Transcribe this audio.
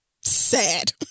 sad